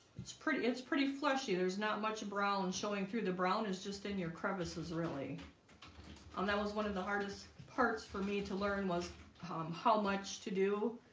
it's pretty it's pretty fleshy. there's not much brown showing through the brown. it's just in your crevices, really and that was one of the hardest parts for me to learn was how um how much to do?